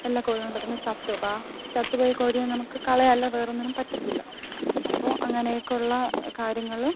എല്ലാ കോഴികളും പെട്ടെന്ന് ചത്തുപോവും അപ്പം ആ ചത്തുപോയ കോഴിയെ നമുക്ക് കളയാൻ അല്ലാതെ വേറൊന്നിനും പറ്റത്തില്ല അപ്പോൾ അങ്ങനെയൊക്കെ ഉള്ള കാര്യങ്ങൾ